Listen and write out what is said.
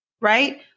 right